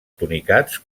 tunicats